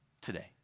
today